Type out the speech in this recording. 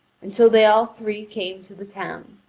until they all three came to the town.